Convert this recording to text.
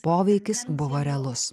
poveikis buvo realus